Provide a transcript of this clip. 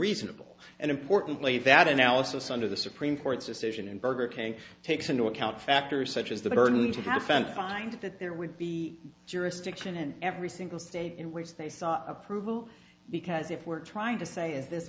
reasonable and importantly that analysis under the supreme court's decision in burger king takes into account factors such as the burden to have sent find that there would be jurisdiction in every single state in which they sought approval because if we're trying to say is th